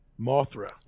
Mothra